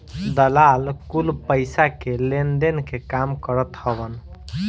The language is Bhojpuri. दलाल कुल पईसा के लेनदेन के काम करत हवन